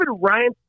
Ryan